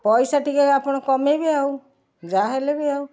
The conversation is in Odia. ପଇସା ଟିକେ ଆପଣ କମାଇବେ ଆଉ ଯାହାହେଲେ ବି ଆଉ